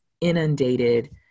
inundated